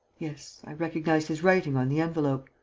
yes, i recognized his writing on the envelope.